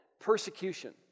persecution